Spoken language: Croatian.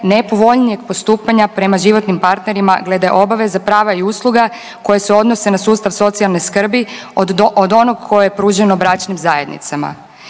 nepovoljnijeg postupanja prema životnim partnerima glede obaveze, prava i usluga koje se odnose na sustav socijalne skrbi od onog koje je pruženo bračnim zajednicama.